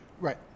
right